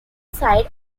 side